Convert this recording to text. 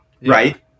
right